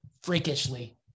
freakishly